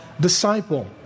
disciple